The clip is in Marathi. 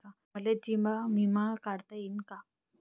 मले जीवन बिमा काढता येईन का?